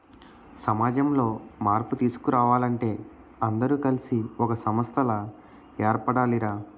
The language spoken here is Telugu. సమాజంలో మార్పు తీసుకురావాలంటే అందరూ కలిసి ఒక సంస్థలా ఏర్పడాలి రా